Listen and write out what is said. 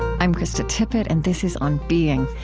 i'm krista tippett and this is on being.